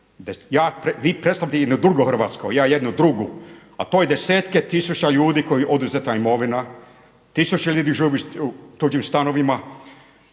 vi predstavljate jedno drugo hrvatsko, ja jednu drugu, a to je desetke tisuća ljudi kojima je oduzeta imovina, tisuće ljudi živi u tuđim stanovima.